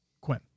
Quinn